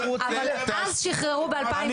אנחנו רוצים --- אבל אז שחררו ב-2017,